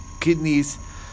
kidneys